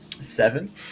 Seven